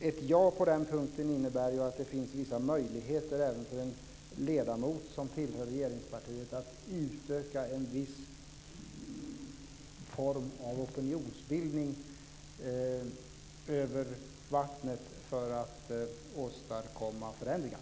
Ett ja på den punkten innebär ju att det finns vissa möjligheter även för en ledamot som tillhör regeringspartiet att utöka en viss form av opinionsbildning över vattnet för att åstadkomma förändringar.